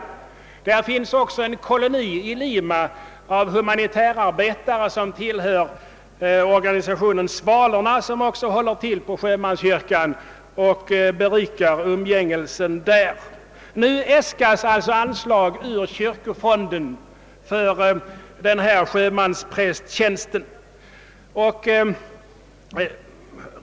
I Lima finns dessutom en koloni av humanitärarbetare som tillhör organisationen Svalorna, vilken också håller till på sjömanskyrkan och berikar umgängelsen där. Anslag äskas nu ur kyrkofonden för denna nya tjänst som sjömanspräst.